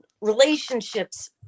relationships